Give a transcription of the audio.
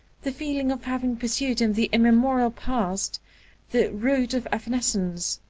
the feeling of having pursued in the immemorial past the route of evanescence.